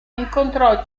incontrò